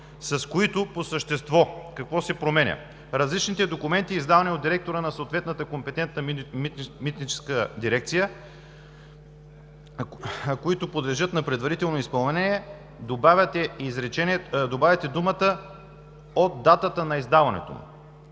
с които по същество, какво се променя – че при различните документи, издавани от директора на съответната компетентна митническа дирекция, които подлежат на предварително изпълнение, добавяте думите „от датата на издаването му“.